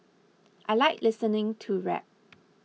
I like listening to rap